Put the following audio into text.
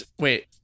Wait